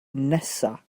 nesaf